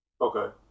okay